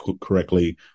correctly